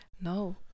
No